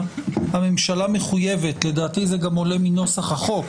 הממשלה מחויבת לדעתי זה גם עולה מנוסח החוק